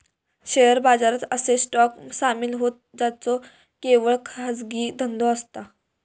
share बाजारात असे stock सामील होतं ज्यांचो केवळ खाजगी धंदो असता